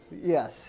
yes